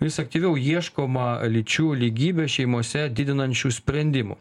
vis aktyviau ieškoma lyčių lygybę šeimose didinančių sprendimų